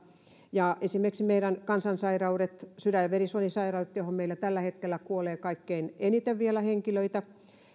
esimerkiksi meidän kansansairautemme sydän ja verisuonisairaudet joihin meillä tällä hetkellä kuolee kaikkein eniten henkilöitä